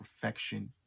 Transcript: perfection